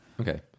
okay